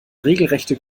regelrechte